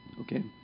Okay